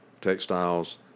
textiles